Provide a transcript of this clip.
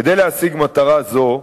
כדי להשיג מטרה זו,